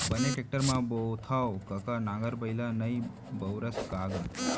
बने टेक्टर म बोथँव कका नांगर बइला नइ बउरस का गा?